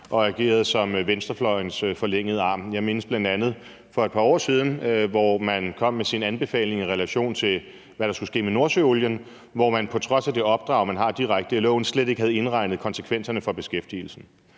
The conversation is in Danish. og ageret som venstrefløjens forlængede arm. Jeg mindes bl.a., at man for et par år siden kom med sin anbefaling, i relation til hvad der skulle ske med Nordsøolien, hvor man på trods af det opdrag, man har direkte i loven, slet ikke havde indregnet konsekvenserne for beskæftigelsen.